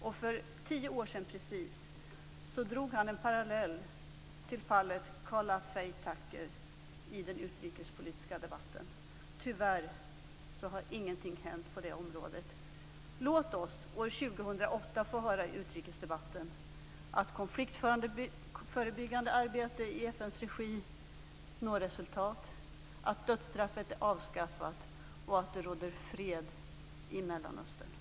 För precis tio år sedan drog han i den utrikespolitiska debatten en parallell till fallet Karla Faye Tucker. Tyvärr har ingenting hänt på det området. Låt oss i utrikesdebatten år 2008 få höra att konfliktförebyggande arbete i FN:s regi når resultat, att dödsstraffet är avskaffat och att det råder fred i Mellanöstern!